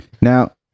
Now